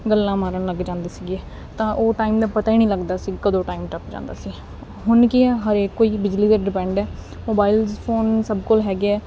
ਗੱਲਾਂ ਮਾਰਨ ਲੱਗ ਜਾਂਦੇ ਸੀਗੇ ਤਾਂ ਉਹ ਟਾਈਮ ਦਾ ਪਤਾ ਹੀ ਨਹੀਂ ਲੱਗਦਾ ਸੀ ਕਦੋਂ ਟਾਈਮ ਟੱਪ ਜਾਂਦਾ ਸੀ ਹੁਣ ਕੀ ਹਰੇਕ ਕੋਈ ਬਿਜਲੀ ਦੇ ਡਿਪੈਂਡ ਐ ਮੋਬਾਈਲਸ ਫੋਨ ਸਭ ਕੋਲ ਹੈਗੇ ਆ ਠੀਕ ਐ